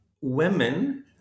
women